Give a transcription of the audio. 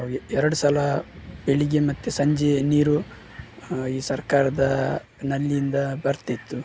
ಎರಡು ಸಲ ಬೆಳಗ್ಗೆ ಮತ್ತು ಸಂಜೆ ನೀರು ಈ ಸರ್ಕಾರದ ನಲ್ಲಿಯಿಂದ ಬರ್ತಿತ್ತು